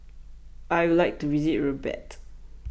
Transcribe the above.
I'd like to visit Rabat